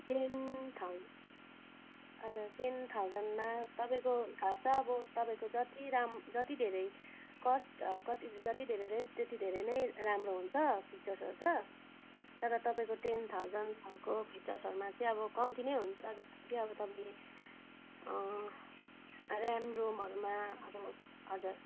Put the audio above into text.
ten thou हजुर ten थाउजन्डमा तपाईँको खास चाहिँ अब तपाईँको जति दाम जति धेरै कस्ट कति जति धेरै रेञ्ज त्यति धेरै नै राम्रो हुन्छ फिचर्सहरू त तर तपाईँको टेन थाउजन्डहरूको फिचर्सहरूमा चाहिँ अब कम्ति नै हुन्छ जस्तो कि अब तपाईँले ऱ्याम रोमहरूमा अब हजुर